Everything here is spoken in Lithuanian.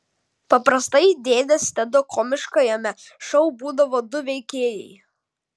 paprastai dėdės tedo komiškajame šou būdavo du veikėjai